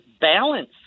balance